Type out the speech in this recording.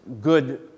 good